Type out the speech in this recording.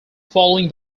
following